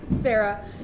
Sarah